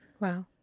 Wow